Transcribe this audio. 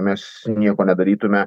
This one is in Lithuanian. mes nieko nedarytume